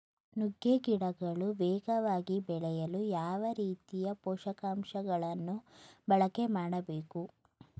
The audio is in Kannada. ನುಗ್ಗೆ ಗಿಡಗಳು ವೇಗವಾಗಿ ಬೆಳೆಯಲು ಯಾವ ರೀತಿಯ ಪೋಷಕಾಂಶಗಳನ್ನು ಬಳಕೆ ಮಾಡಬೇಕು?